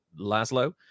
Laszlo